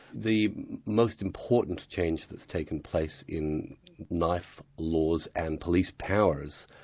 the most important change that's taken place in knife laws and police powers,